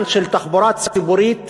שתחבורה ציבורית